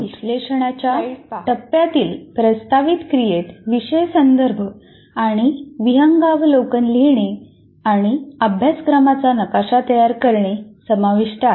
विश्लेषणाच्या टप्प्यातील प्रस्तावित क्रियेत विषय संदर्भ आणि विहंगावलोकन लिहिणे आणि अभ्यासक्रमाचा नकाशा तयार करणे समाविष्ट आहे